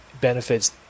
benefits